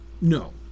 No